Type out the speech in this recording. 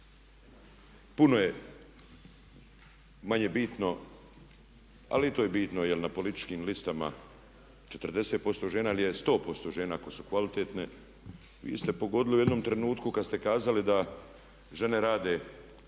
puno je manje bitno ali i to je bitno jer je na političkim listama 40% žena ili je 100% žena, ako su kvalitetne. Vi ste pogodili u jednom trenutku kada ste kazali da žene rade,